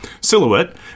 Silhouette